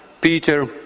Peter